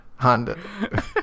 Honda